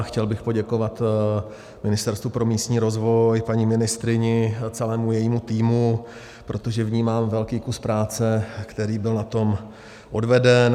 Chtěl bych poděkovat Ministerstvu pro místní rozvoj, paní ministryni a celému jejímu týmu, protože vnímám velký kus práce, který byl na tom odveden.